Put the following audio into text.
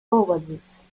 oasis